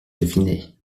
chatfinet